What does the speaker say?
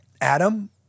Adam